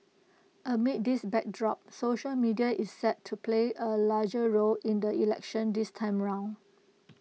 amid this backdrop social media is set to play A larger role in the election this time around